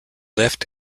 lift